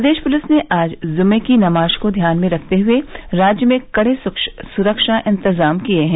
प्रदेश police ने आज जुमे की नमाज को ध्यान में रखते हुए राज्य में कड़े सुरक्षा इंतजाम किए हैं